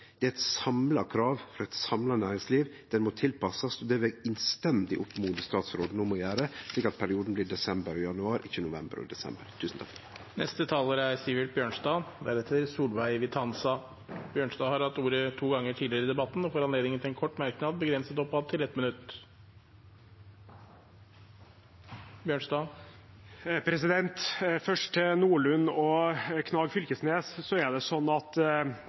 Det er eit samla krav frå eit samla næringsliv. Ho må tilpassast, og det vil eg innstendig oppmode statsråden om å gjere, slik at perioden blir desember og januar, ikkje november og desember. Representanten Sivert Bjørnstad har hatt ordet to ganger tidligere og får ordet til en kort merknad, begrenset til 1 minutt. Først til Nordlund og Knag Fylkesnes: Det er sånn at